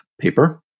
paper